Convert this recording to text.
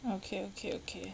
okay okay okay